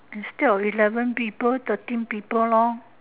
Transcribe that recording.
instead of eleven people thirteen people lor